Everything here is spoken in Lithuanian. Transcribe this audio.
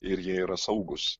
ir jie yra saugūs